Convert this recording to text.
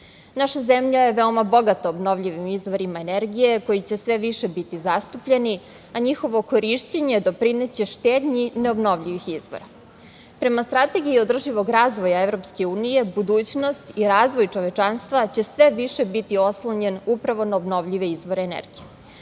Naša zemlja je veoma bogata obnovljivim izvorima energije koji će sve više biti zastupljeni, a njihovi korišćenje doprineće štednji neobnovljivih izvora. Prema Strategiji održivog razvoja EU, budućnost i razvoj čovečanstva će sve više biti oslonjen upravo na obnovljive izvore energije.